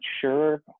sure